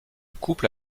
couple